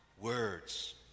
Words